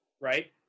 right